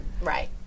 right